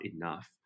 enough